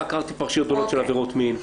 חקרתי פרשיות דומות של עבירות מין.